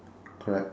correct